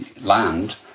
land